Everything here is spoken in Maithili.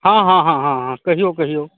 हँ हँ हँ हँ कहियौ कहियौ